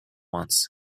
once